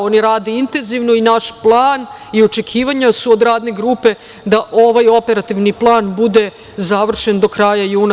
Oni rade intenzivno i naš plan i očekivanja su od radne grupe da ovaj operativni plan bude završen do kraja juna.